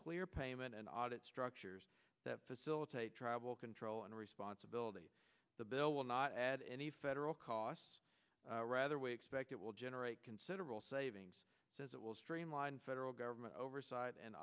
clear payment and audit structures that facilitate travel control and responsibility the bill will not add any federal costs rather way expect it will generate considerable savings as it will streamline federal government oversight and